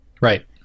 Right